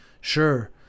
Sure